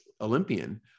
Olympian